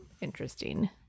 interesting